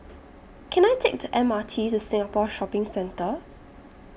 Can I Take The M R T to Singapore Shopping Centre